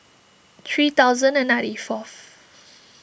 three thousand and ninety fourth